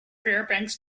fairbanks